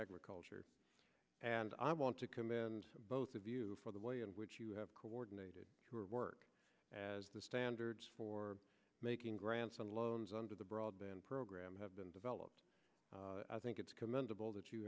agriculture and i want to commend both of you for the way in which you have coordinated your work as the standards for making grants and loans under the broadband program have been developed i think it's commendable that you